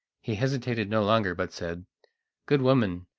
he hesitated no longer, but said good woman,